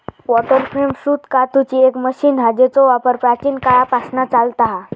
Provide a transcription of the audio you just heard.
water frame सूत कातूची एक मशीन हा जेचो वापर प्राचीन काळापासना चालता हा